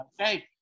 Okay